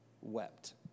wept